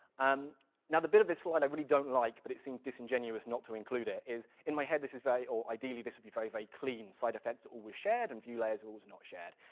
and now the bit of this slide i really don't like, but it seemed disingenuous not to include it, is, in my head, this is very, or ideally this would be very very clean, side effects are always shared and view layers are always not shared,